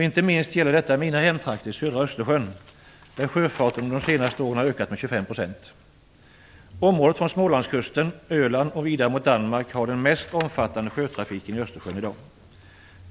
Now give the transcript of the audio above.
Inte minst gäller detta i mina hemtrakter, vid södra Östersjön, där sjöfarten under de senaste åren har ökat med 25 %. Området från Smålandskusten, Öland och vidare mot Danmark har den mest omfattande sjötrafiken i Östersjön i dag.